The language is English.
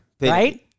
Right